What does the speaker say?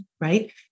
right